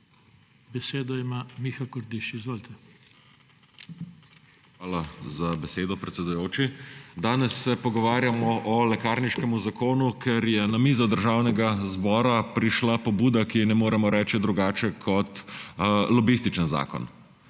**MIHA KORDIŠ (PS Levica):** Hvala za besedo, predsedujoči. Danes se pogovarjamo o lekarniškem zakonu, ker je na mizo Državnega zbora prišla pobuda, ki ji ne moremo reči drugače kot lobistični zakon.